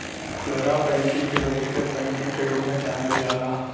खुदरा बैकिंग के व्यक्तिगत बैकिंग के रूप में जानल जाला